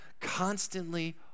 Constantly